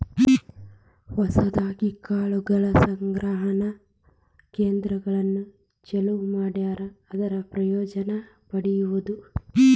ಹೊಸದಾಗಿ ಕಾಳು ಸಂಗ್ರಹಣಾ ಕೇಂದ್ರಗಳನ್ನು ಚಲುವ ಮಾಡ್ಯಾರ ಅದರ ಪ್ರಯೋಜನಾ ಪಡಿಯುದು